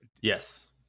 Yes